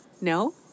No